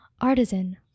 artisan